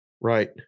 Right